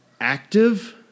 active